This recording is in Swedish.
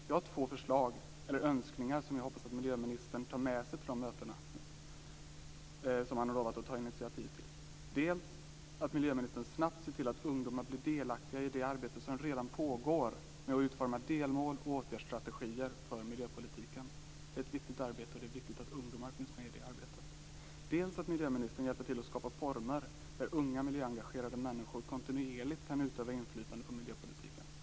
Jag har två förslag eller önskningar, som jag hoppas att miljöministern tar med sig till de här mötena som han har lovat ta initiativ till: dels att miljöministern snabbt ser till att ungdomar blir delaktiga i det arbete som redan pågår med att utforma delmål och åtgärdsstrategier för miljöpolitiken - det är ett viktigt arbete, och det är viktigt att ungdomar finns med i det arbetet - dels att miljöministern hjälper till att skapa former för att unga miljöengagerade människor kontinuerligt kan utöva inflytande på miljöpolitiken.